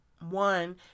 One